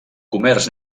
comerç